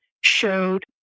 showed